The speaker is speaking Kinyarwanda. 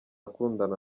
akundana